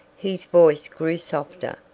his voice grew softer,